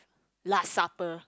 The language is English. last supper